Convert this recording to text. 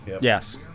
Yes